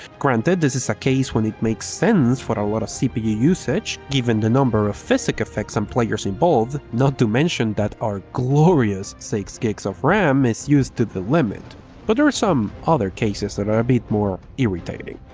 granted, this is a case when it makes sense for a lot of cpu usage given the number of physic effect and players involved, not to mention that our glorious six gb of ram is used to the limit but there are some other cases that are a bit more irritating.